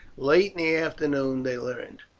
late in the afternoon they learned.